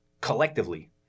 collectively